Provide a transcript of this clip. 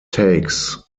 takes